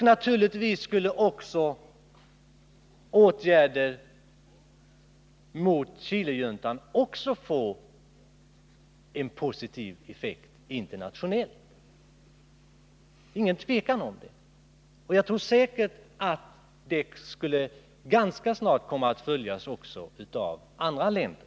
Naturligtvis skulle också åtgärder mot Chilejuntan få en positiv effekt internationellt — det är inget tvivel om det. Och jag är säker på att åtgärderna ganska snart skulle komma att följas också av andra länder.